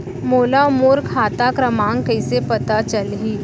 मोला मोर खाता क्रमाँक कइसे पता चलही?